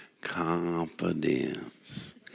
Confidence